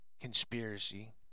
conspiracy